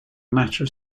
matter